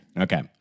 Okay